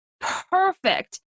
perfect